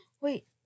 Wait